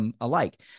alike